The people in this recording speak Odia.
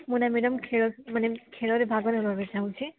ମୁଁ ନା ମ୍ୟାଡ଼ାମ୍ ଖେଳ ମାନେ ଖେଳରେ ଭାଗ ନେବା ପାଇଁ ଚାହୁଁଚି